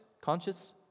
conscious